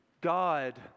God